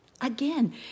again